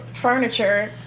furniture